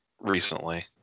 recently